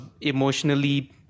emotionally